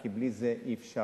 כי בלי זה אי-אפשר.